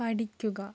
പഠിക്കുക